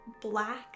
black